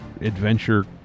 adventure